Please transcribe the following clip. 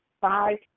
five